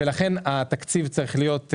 התקציב צריך להיות,